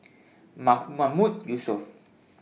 Ma Mahmood Yusof